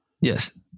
Yes